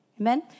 Amen